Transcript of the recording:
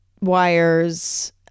wires